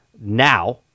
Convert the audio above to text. now